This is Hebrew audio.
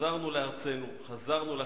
חזרנו לארצנו, חזרנו לנחלתנו,